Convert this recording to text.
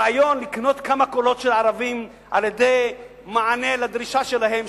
הרעיון לקנות כמה קולות של ערבים על-ידי מענה לדרישה שלהם,